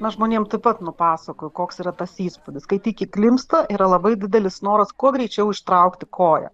na žmonėm tu pat nupasakojo koks yra tas įspūdis kai tik įklimpsta yra labai didelis noras kuo greičiau ištraukti koją